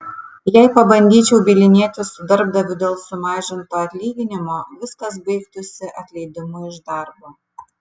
jei pabandyčiau bylinėtis su darbdaviu dėl sumažinto atlyginimo viskas baigtųsi atleidimu iš darbo